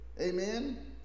Amen